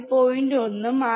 1 ഉം 6